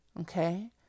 Okay